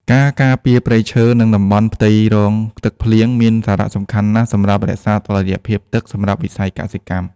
ការការពារព្រៃឈើ និងតំបន់ផ្ទៃរងទឹកភ្លៀង មានសារៈសំខាន់ណាស់សម្រាប់រក្សាតុល្យភាពទឹកសម្រាប់វិស័យកសិកម្ម។